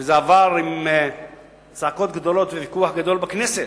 וזה עבר עם צעקות גדולות וויכוח גדול בכנסת.